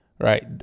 Right